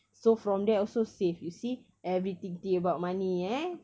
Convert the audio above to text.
so from there also safe you see everything think about money eh